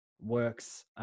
works